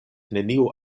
neniu